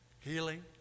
Healing